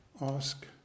Ask